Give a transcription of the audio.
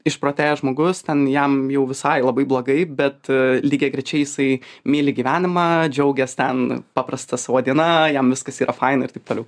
išprotėjęs žmogus ten jam jau visai labai blogai bet lygiagrečiai jisai myli gyvenimą džiaugias ten paprasta savo diena jam viskas yra faina ir taip toliau